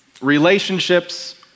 Relationships